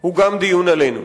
הוא גם דיון עלינו.